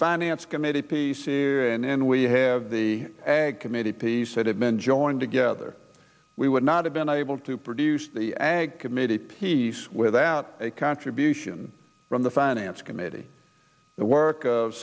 finance committee pieces and then we have the ag committee piece that have been joined together we would not have been able to produce the ag committee piece without a contribution from the finance committee the work of